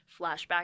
flashback